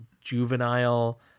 juvenile